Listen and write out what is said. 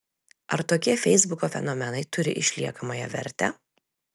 ar tokie feisbuko fenomenai turi išliekamąją vertę